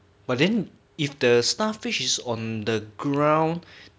but then if the starfish is on the ground